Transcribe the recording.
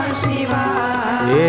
Shiva